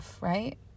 right